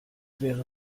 wäre